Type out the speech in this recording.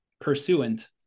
pursuant